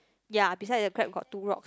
ya beside the crab got two rocks